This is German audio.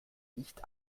nicht